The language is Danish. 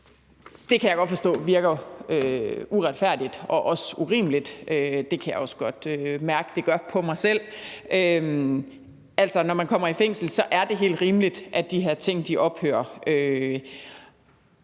Det kan jeg godt forstå virker uretfærdigt og også urimeligt, og det kan jeg også godt mærke det gør på mig selv. Når man kommer i fængsel, er det helt rimeligt, at de her ting ophører,